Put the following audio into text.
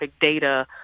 data